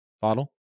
bottle